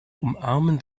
umarmen